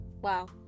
Wow